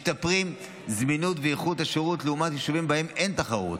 משתפרים זמינות ואיכות השירות לעומת יישובים שבהם אין תחרות.